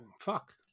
fuck